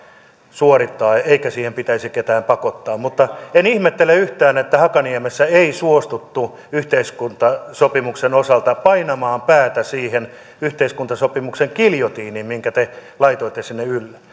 suorittaa eikä siihen pitäisi ketään pakottaa mutta en ihmettele yhtään että hakaniemessä ei suostuttu yhteiskuntasopimuksen osalta painamaan päätä siihen yhteiskuntasopimuksen giljotiiniin minkä te laitoitte sinne ylle